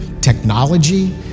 technology